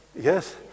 Yes